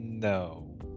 no